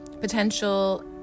potential